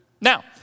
Now